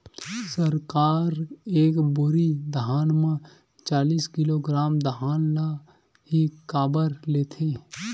सरकार एक बोरी धान म चालीस किलोग्राम धान ल ही काबर लेथे?